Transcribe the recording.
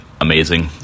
amazing